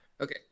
Okay